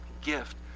gift